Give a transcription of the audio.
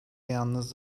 yalnız